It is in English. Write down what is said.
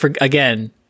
again